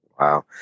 Wow